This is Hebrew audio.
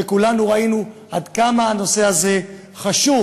וכולנו ראינו עד כמה הנושא הזה חשוב,